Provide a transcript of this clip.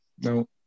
no